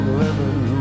living